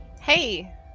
Hey